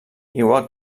igual